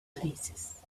places